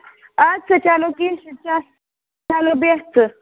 اَدٕ سا چلو کیٚنٛہہ چھُنہٕ چلو بیٚہہ ژٕ